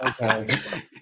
Okay